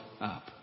up